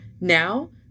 now